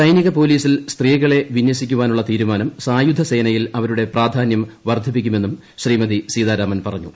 സൈനിക പോലീസിൽ സ്ത്രീകളെ വിനൃസിക്കാനുള്ള തീരുമാനം സായുധ സേനയിൽ അവരുടെ പ്രാധാനൃം വർദ്ധിപ്പിക്കുമെന്നും ശ്രീമതി സീതാരാമൻ പറഞ്ഞു